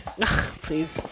please